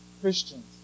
Christians